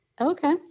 Okay